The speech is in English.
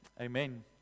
Amen